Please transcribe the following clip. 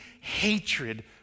hatred